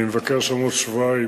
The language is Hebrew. אני מבקר שם בעוד שבועיים,